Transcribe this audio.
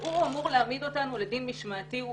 הוא אמור להעמיד אותנו לדין משמעתי.